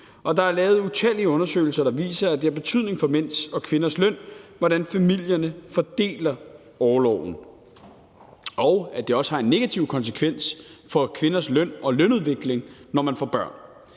der er lavet utallige undersøgelser, der viser, at det har betydning for mænds og kvinders løn, hvordan familierne fordeler orloven, og at det også har en negativ konsekvens for kvinders løn og lønudvikling, når man får børn.